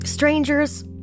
Strangers